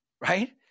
Right